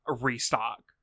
restock